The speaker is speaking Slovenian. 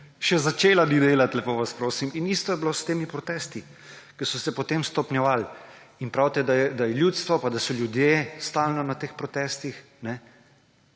Še začela ni delati, lepo vas prosim! Isto je bilo s temi protesti, ki so se potem stopnjevali. In pravite, da je ljudstvo pa da so ljudje vedno na teh protestih.